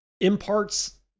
imparts